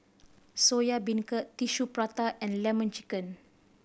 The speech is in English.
Soya Beancurd Tissue Prata and Lemon Chicken